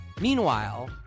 Meanwhile